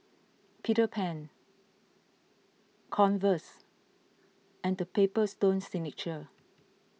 Peter Pan Converse and the Paper Stone Signature